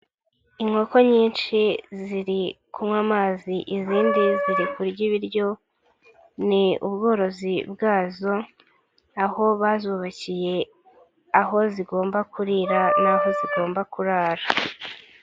Inkoko nyinshi ziri kunywa amazi izindi ziri kurya ibiryo. Ni ubworozi bwazo aho bazubakiye aho zigomba kurira n'aho zigomba kurara.